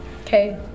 Okay